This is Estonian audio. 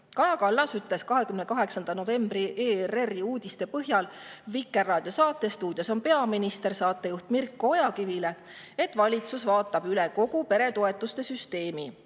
lühendamist. 28. novembri ERR-i uudiste põhjal ütles Kallas Vikerraadio saates "Stuudios on peaminister" saatejuht Mirko Ojakivile, et valitsus vaatab üle kogu peretoetuste süsteemi.